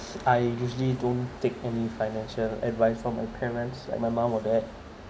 I usually don't take any financial advice from my parents like my mum or dad